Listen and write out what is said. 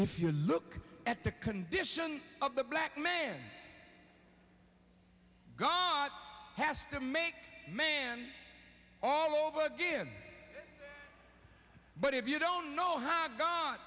if you look at the condition of the black man gone has to make man all over again but if you don't know how g